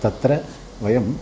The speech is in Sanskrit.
तत्र वयम्